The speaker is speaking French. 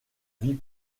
vie